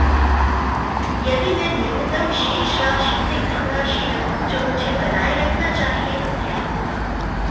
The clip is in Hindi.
यदि मैं न्यूनतम शेष राशि से कम राशि रखूं जो मुझे बनाए रखना चाहिए तो क्या होगा?